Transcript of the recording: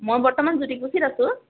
মই বৰ্তমান জ্যোতিকুছিত আছোঁ